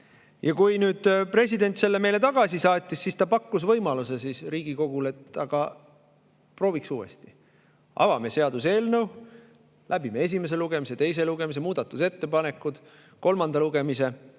ole. Kui nüüd president selle meile tagasi saatis, siis ta pakkus võimaluse Riigikogule: aga prooviks uuesti. Avame seaduseelnõu, läbime esimese lugemise, teise lugemise, muudatusettepanekud, kolmanda lugemise